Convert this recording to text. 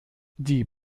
die